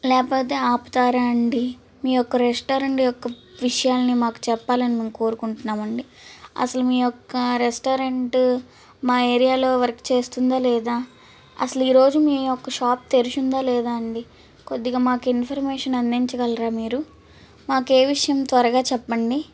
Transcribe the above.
లేకపోతే ఆపుతారా అండి మీ యొక్క రెస్టారెంట్ యొక్క విషయాలని మాకు చెప్పాలని మేము కోరుకుంటున్నాము అండి అసలు మీ యొక్క రెస్టారెంటు మా ఏరియాలో వర్క్ చేస్తుందా లేదా అసలు ఈ రోజు మీ యొక్క షాప్ తెరిచుందా లేదాండి కొద్దిగ మాకు ఇన్ఫర్మేషన్ అందించగలరా మీరు మాకేవిషయం త్వరగా చెప్పండి